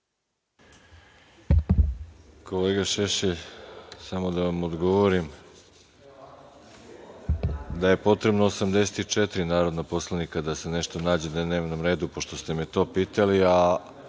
Kolega Šešelj, samo da vam odgovorim, da je potrebno 84 narodna poslanika da se nešto nađe na dnevnom redu, pošto ste me to pitali, a